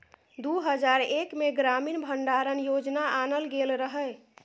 दु हजार एक मे ग्रामीण भंडारण योजना आनल गेल रहय